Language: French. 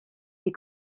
des